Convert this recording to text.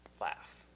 laugh